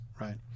right